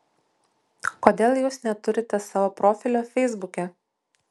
kodėl jūs neturite savo profilio feisbuke